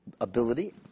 ability